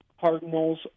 Cardinals